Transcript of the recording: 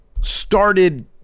started